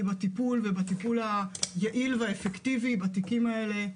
בטיפול ובטיפול היעיל והאפקטיבי בתיקים האלה,